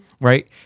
right